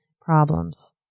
problems